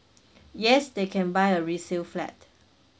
yes they can buy a resale flat